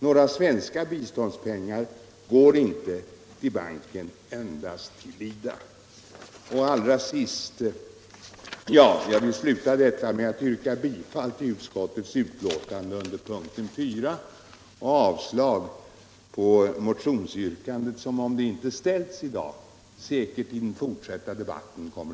Några svenska biståndspengar går inte till banken, endast till IDA.